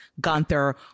Gunther